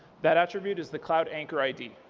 that attribute is the cloud anchor id.